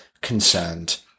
concerned